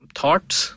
thoughts